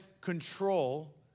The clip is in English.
control